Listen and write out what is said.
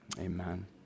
Amen